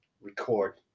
record